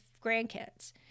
grandkids